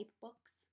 books